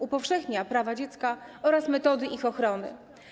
Upowszechnia prawa dziecka oraz metody ich ochrony.